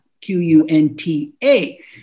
Q-U-N-T-A